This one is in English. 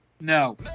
No